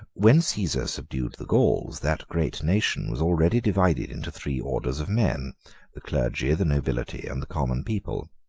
when caesar subdued the gauls, that great nation was already divided into three orders of men the clergy, the nobility, and the common people.